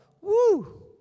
Woo